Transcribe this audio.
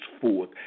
forth